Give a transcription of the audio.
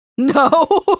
No